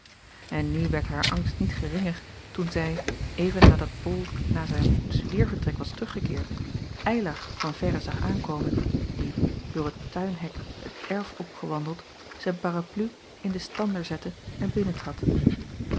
n nu werd haar angst niet geringer toen zij even nadat ol naar zijn studeervertrek was teruggekeerd ylar van verre zag aankomen die door het tuinhek het erf opgewandeld zijn parapluie in den stander zette en